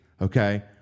Okay